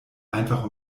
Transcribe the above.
einfach